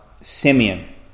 Simeon